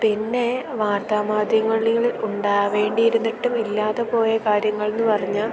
പിന്നെ വാർത്താ മാധ്യങ്ങളിൽ ഉണ്ടാവേണ്ടി ഇരുന്നിട്ടും ഇല്ലാതെ പോയ കാര്യങ്ങളെന്ന് പറഞ്ഞാൽ